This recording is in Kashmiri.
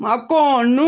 مکانہٕ